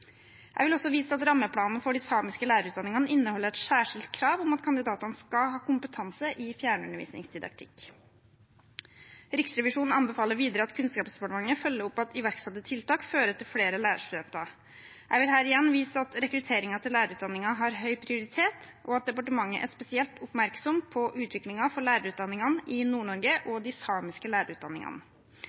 Jeg vil også vise til at rammeplanen for de samiske lærerutdanningene inneholder et særskilt krav om at kandidatene skal ha kompetanse i fjernundervisningsdidaktikk. Riksrevisjonen anbefaler videre at Kunnskapsdepartementet følger opp at iverksatte tiltak fører til flere lærerstudenter. Jeg vil her igjen vise til at rekrutteringen til lærerutdanningen har høy prioritet, og at departementet er spesielt oppmerksom på utviklingen for lærerutdanningene i Nord-Norge og de samiske lærerutdanningene.